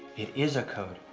it is a code.